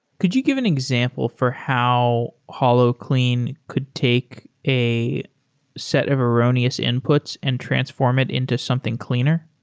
could you give an example for how holoclean could take a set of erroneous inputs and transform it into something cleaner?